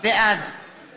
בעד